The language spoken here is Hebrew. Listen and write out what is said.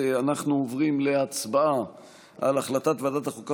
אנחנו עוברים להצבעה על הצעת ועדת החוקה,